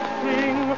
sing